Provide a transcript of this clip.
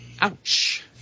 Ouch